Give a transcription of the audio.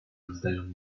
воздаем